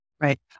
Right